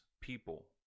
people